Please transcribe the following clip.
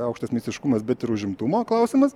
aukštas meistriškumas bet ir užimtumo klausimas